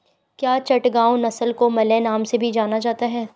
क्या चटगांव नस्ल को मलय नाम से भी जाना जाता है?